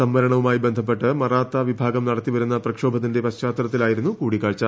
സംവരണവുമായി ബന്ധപ്പെട്ട് മറാത്ത വിഭാഗം നടത്തിവരുന്ന പ്രക്ഷോഭത്തിന്റെ പശ്ചാത്ത്ലത്തിലായിരുന്നു കൂടിക്കാഴ്ച